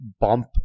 bump